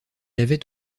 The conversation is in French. avait